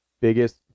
biggest